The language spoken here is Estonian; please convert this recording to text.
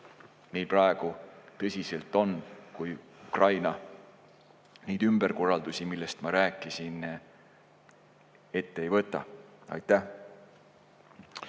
meil praegu tõsiselt on, kui Ukraina neid ümberkorraldusi, millest ma rääkisin, ette ei võta. Aitäh!